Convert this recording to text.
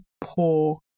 poor